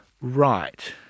right